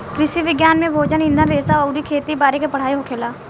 कृषि विज्ञान में भोजन, ईंधन रेशा अउरी खेती बारी के पढ़ाई होखेला